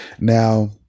Now